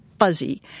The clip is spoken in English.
fuzzy